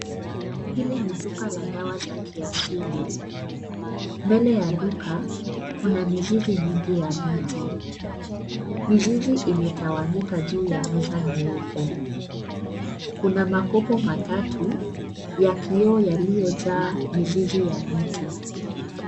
Hili ni duka la dawa za kiasili. Mbele ya duka, kuna mizizi mingi ya miti. Mizizi imetawanyika juu ya meza nyeupe. Kuna makopo matatu ya kioo yaliyojaa mizizi ya miti.